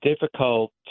difficult